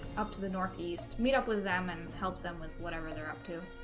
up to the northeast meet up with them and help them with whatever they're up to